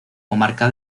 comarca